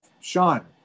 Sean